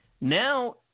Now